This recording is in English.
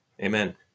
Amen